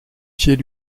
pied